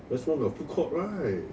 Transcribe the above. west mall got food court right